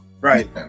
right